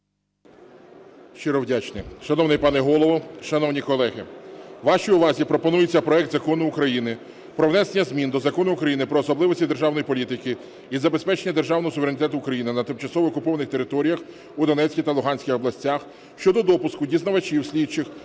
Щиро вдячний. Шановний пане Голово, шановні колеги! Вашій увазі пропонується проект Закону України про внесення змін до Закону України "Про особливості державної політики із забезпечення державного суверенітету України на тимчасово окупованих територіях у Донецькій та Луганській областях" щодо допуску дізнавачів, слідчих